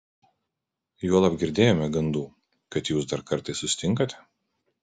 juolab girdėjome gandų kad jūs dar kartais susitinkate